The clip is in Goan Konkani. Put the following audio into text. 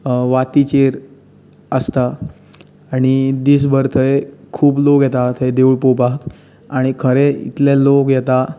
वातीचेर आसता आनी दीस भर थंय खूब लोक येता थंय देवूळ पोवपाक आनी खरें इतले लोक येतात